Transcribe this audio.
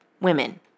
women